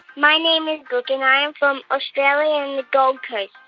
my name is cook, and i am from australian gold coast.